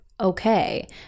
okay